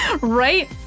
Right